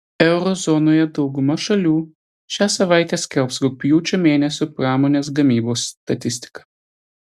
euro zonoje dauguma šalių šią savaitę skelbs rugpjūčio mėnesio pramonės gamybos statistiką